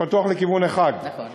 פתוח לכיוון אחד, נכון.